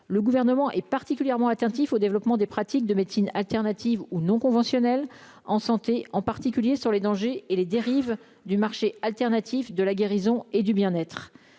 le gouvernement est particulièrement attentif au développement des pratiques de médecines alternatives ou non conventionnelles en santé, en particulier sur les dangers et les dérives du marché alternatif de la guérison et du bien-être,